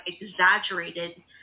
exaggerated